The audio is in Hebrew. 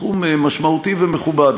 סכום משמעותי ומכובד.